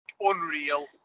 unreal